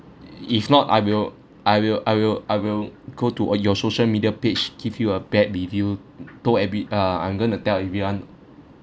if not I will I will I will I will go to uh your social media page give you a bad review told every uh I'm going to tell everyone